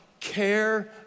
care